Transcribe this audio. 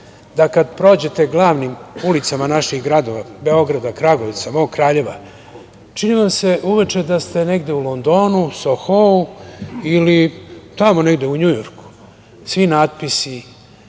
da kada prođete glavnim ulicama naših gradova, Beograda, Kragujevca, mog Kraljeva, čini vam se uveče da ste negde u Londonu, Sohou ili tamo negde u Njujorku. Svi natpisi,